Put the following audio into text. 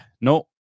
no